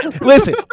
listen